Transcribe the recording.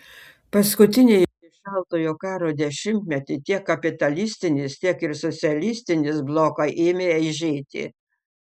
paskutinįjį šaltojo karo dešimtmetį tiek kapitalistinis tiek ir socialistinis blokai ėmė eižėti